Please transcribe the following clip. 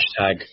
Hashtag